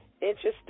Interesting